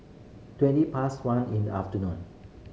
twenty past one in the afternoon